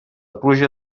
pluja